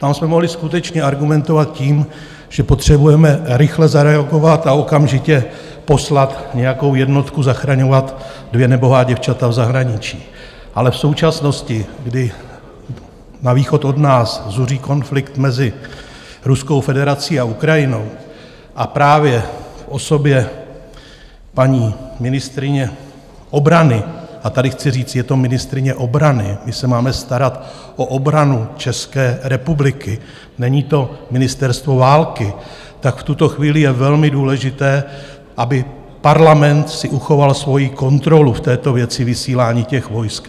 Tam jsme mohli skutečně argumentovat tím, že potřebujeme rychle zareagovat a okamžitě poslat nějakou jednotku zachraňovat dvě nebohá děvčata v zahraničí, ale v současnosti, kdy na východ od nás zuří konflikt mezi Ruskou federací a Ukrajinou, a právě v osobě paní ministryně obrany a tady chci říct, je to ministryně obrany, my se máme starat o obranu České republiky, není to ministerstvo války tak v tuto chvíli je velmi důležité, aby Parlament si uchoval svoji kontrolu v této věci vysílání vojsk.